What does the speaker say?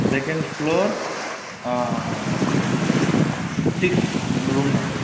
second floor six room number